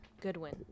Goodwin